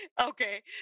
Okay